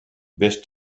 vés